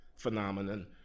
Phenomenon